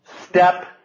step